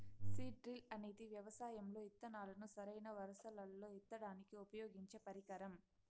seed drill అనేది వ్యవసాయం లో ఇత్తనాలను సరైన వరుసలల్లో ఇత్తడానికి ఉపయోగించే పరికరం